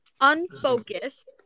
unfocused